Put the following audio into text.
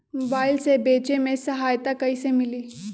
Mobile से बेचे में सहायता कईसे मिली?